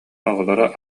оҕолоро